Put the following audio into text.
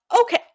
okay